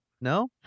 No